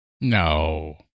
No